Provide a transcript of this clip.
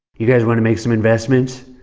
you guys want to make some investments?